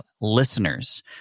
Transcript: listeners